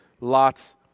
Lot's